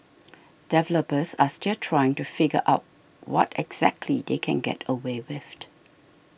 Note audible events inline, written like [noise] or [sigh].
developers are still trying to figure out what exactly they can get away with [noise]